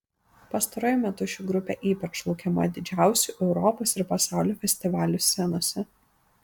pastaruoju metu ši grupė ypač laukiama didžiausių europos ir pasaulio festivalių scenose